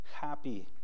Happy